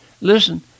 Listen